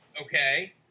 okay